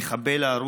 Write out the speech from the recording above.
המחבל הארור,